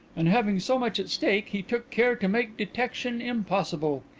and having so much at stake, he took care to make detection impossible.